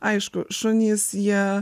aišku šunys jie